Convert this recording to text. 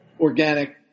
organic